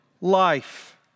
life